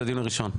זה הדיון הראשון.